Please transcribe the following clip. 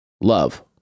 love